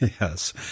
Yes